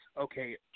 okay